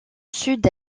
sud